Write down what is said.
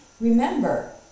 remember